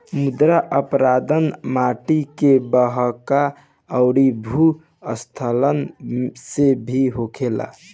मृदा अपरदन माटी के बहाव अउरी भू स्खलन से भी होखेला